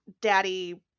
daddy